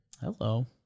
Hello